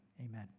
Amen